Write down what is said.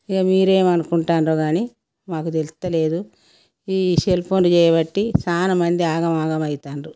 ఇక మీరేమనుకుంటున్నారో కాని మాకు తెలుస్తలేదు ఈ సెల్ ఫోన్ చేయబట్టి చాలా మంది ఆగమాగం అవుతున్నారు